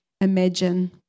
imagine